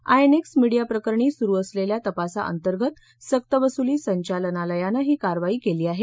INX media प्रकरणी सुरु असलेल्या तपासाअंतर्गत सक्तवसुली संचालनालयानं ही कारवाई केली आहे